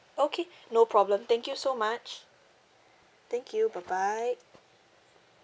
okay no problem thank you so much thank you bye bye